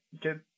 good